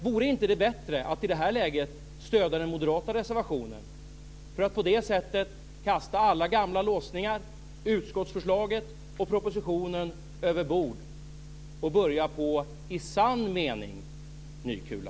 Vore det inte bättre att i det här läget stödja den moderata reservationen för att på det sättet kasta alla gamla låsningar, utskottsförslaget och propositionen överbord och börja på - i sann mening - ny kula?